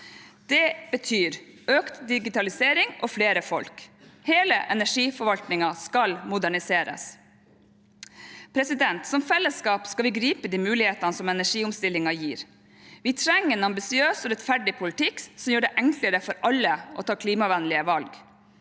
Det betyr økt digitalisering og flere folk. Hele energiforvaltningen skal moderniseres. Som fellesskap skal vi gripe de mulighetene som energiomstillingen gir. Vi trenger en ambisiøs og rettferdig politikk som gjør det enklere for alle å ta klimavennlige valg.